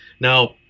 Now